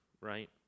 right